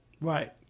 Right